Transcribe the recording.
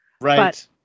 Right